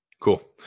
Cool